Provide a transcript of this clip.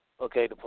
okay